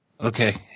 okay